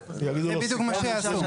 יגידו לו --- זה בדיוק מה שיעשו,